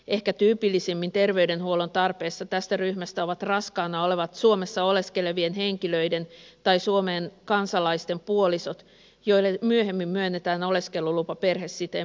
ehkä tyypillisimmin terveydenhuollon tarpeessa tästä ryhmästä ovat raskaana olevat suomessa oleskelevien henkilöiden tai suomen kansalaisten puolisot joille myöhemmin myönnetään oleskelulupa perhesiteen perusteella